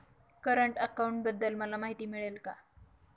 Current अकाउंटबद्दल मला माहिती मिळेल का?